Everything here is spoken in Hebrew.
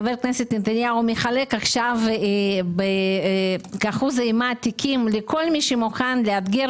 חבר הכנסת נתניהו מחלק עכשיו כאחוז אימה תיקים לכל מי שמוכן לאתגר